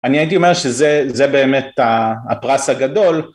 אני הייתי אומר שזה באמת הפרס הגדול